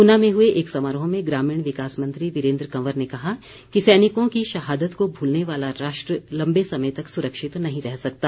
ऊना में हुए एक समारोह में ग्रामीण विकास मंत्री वीरेन्द्र कंवर ने कहा कि सैनिकों की शहादत को भूलने वाला राष्ट्र लम्बे समय तक सुरक्षित नहीं रह सकता